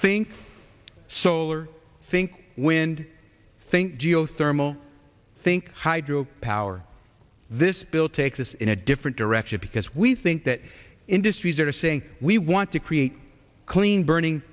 think solar think wind think geothermal think hydro power this bill takes us in a different direction because we think that industries are saying we want to clean burning